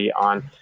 on